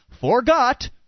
forgot